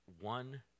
one